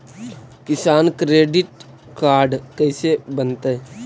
किसान credit card कैसे बनतै?